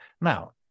Now